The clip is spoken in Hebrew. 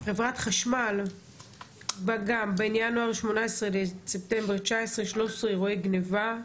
חברת חשמל בה גם בין ינואר 2018 לספטמבר 2019 - 13 אירועי גניבה,